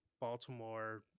baltimore